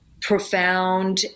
profound